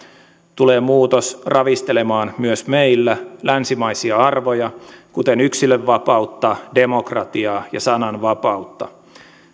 tulee muutos ravistelemaan myös meillä länsimaisia arvoja kuten yksilönvapautta demokratiaa ja sananvapautta